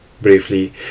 Briefly